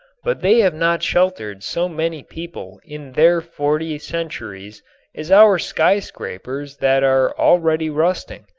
but they have not sheltered so many people in their forty centuries as our skyscrapers that are already rusting.